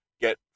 get